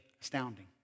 astounding